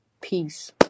Peace